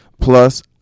Plus